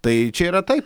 tai čia yra taip